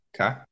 Okay